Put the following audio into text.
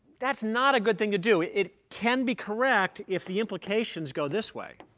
that's not a good thing to do. it can be correct if the implications go this way.